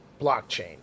blockchain